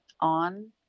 on